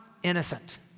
innocent